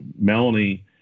Melanie